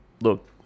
Look